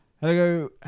Hello